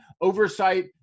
oversight